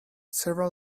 several